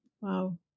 wow